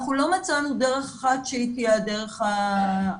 אנחנו לא מצאנו דרך אחת שהיא תהיה הדרך המושלמת